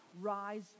rise